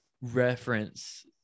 reference